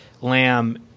Lamb